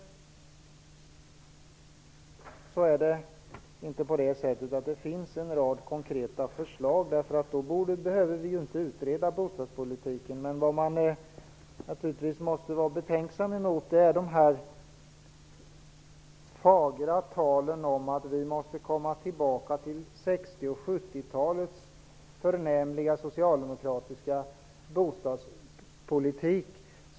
Sedan är det inte på det sättet att det finns en rad konkreta förslag, för då behövde vi inte utreda bostadspolitiken. Men vad vi naturligtvis måste vara betänksamma mot är det fagra talet om att vi måste tillbaka till 60 och 70-talens förnämliga socialdemokratiska bostadspolitik.